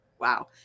Wow